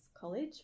College